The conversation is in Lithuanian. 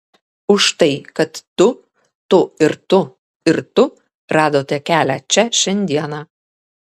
už tai kad tu tu ir tu ir tu radote kelią čia šiandieną